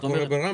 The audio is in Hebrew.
מה קורה ברמלה?